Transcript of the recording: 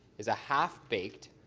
is a half baked